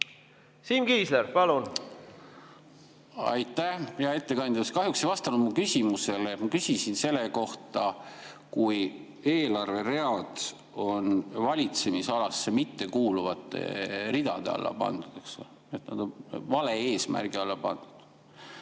Siim Kiisler, palun! Aitäh! Hea ettekandja, te kahjuks ei vastanud mu küsimusele. Ma küsisin selle kohta, kui eelarveread on valitsemisalasse mittekuuluvate ridade alla pandud, nad on vale eesmärgi alla pandud.